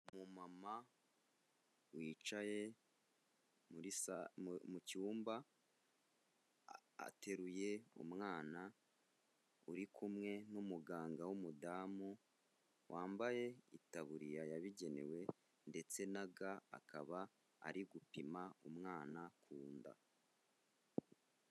Umumama wicaye mu cyumba ateruye umwana uri kumwe n'umuganga w'umudamu wambaye itaburiya yabigenewe ndetse na ga, akaba ari gupima umwana ku nda.